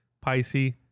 Pisces